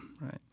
Right